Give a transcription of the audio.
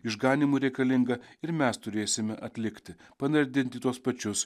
išganymu reikalinga ir mes turėsime atlikti panardint į tuos pačius